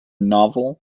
novel